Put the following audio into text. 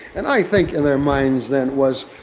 and i think in their minds then was,